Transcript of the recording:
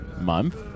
month